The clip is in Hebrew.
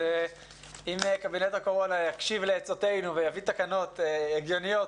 אם קבינט הקורונה יקשיב לעצתנו ויביא תקנות הגיוניות,